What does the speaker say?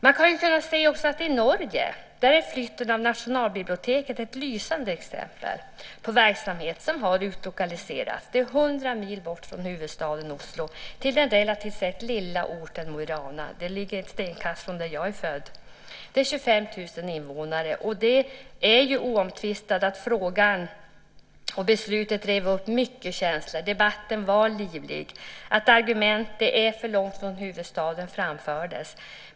I Norge, har man kunnat se, är flytten av nationalbiblioteket ett lysande exempel på verksamhet som utlokaliserats hundra mil bort från huvudstaden Oslo till den relativt lilla orten Mo i Rana - ett stenkast från den plats där jag är född - med 25 000 invånare. Det är oomtvistat att frågan och beslutet rev upp många känslor. Debatten var livlig. Argumentet att det är för långt från huvudstaden framfördes.